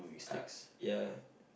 uh ya